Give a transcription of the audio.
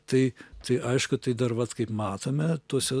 tai tai aišku tai dar vat kaip matome tuose